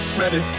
ready